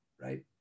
right